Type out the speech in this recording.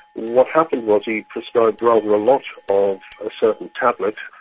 what happened was he prescribed rather a lot of a certain tablet,